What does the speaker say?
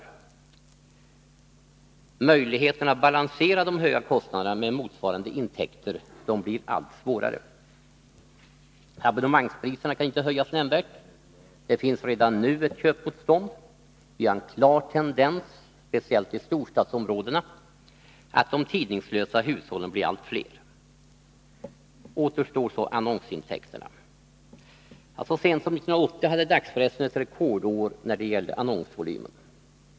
Men möjligheterna att Onsdagen den balansera de höga kostnaderna med motsvarande intäkter blir allt sämre. 14 april 1982 Abonnemangspriserna kan inte höjas nämnvärt. Det finns redan nu ett köpmotstånd. Det finns en klar tendens, speciellt i storstadsområdena, att de tidningslösa hushållen blir allt flera. Återstår då annonsintäkterna. Så sent som 1980 hade dagspressen ett rekordår när det gäller annonsvolymen.